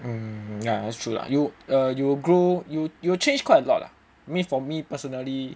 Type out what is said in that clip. mm yeah that's true lah you uh you will grow you you'll change quite a lot ah I mean for me personally